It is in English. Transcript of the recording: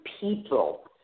people